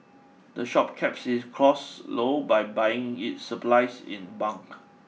the shop keeps its costs low by buying its supplies in bulk